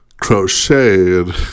crocheted